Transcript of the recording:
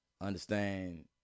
Understand